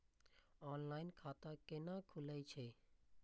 Offline खाता कैना खुलै छै?